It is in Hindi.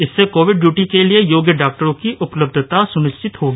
इससे कोविड ड्यूटी के लिए योग्य डॉक्टरों की उपलब्धता सुनिश्चित होगी